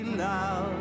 love